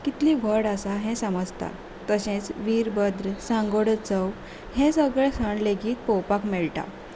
कितली व्हड आसा हें समजता तशेंच वीरभद्र सांगोड उत्सव हें सगळें सण लेगीत पळोवपाक मेळटा